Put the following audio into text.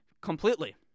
completely